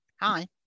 Hi